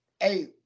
hey